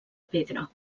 pedra